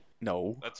No